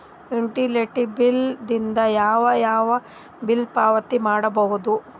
Utility bill ದಿಂದ ಯಾವ ಯಾವ ಬಿಲ್ ಪಾವತಿ ಮಾಡಬಹುದು?